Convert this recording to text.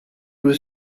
was